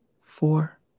four